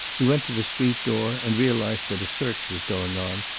he went to the street door, and realized that a search was going on,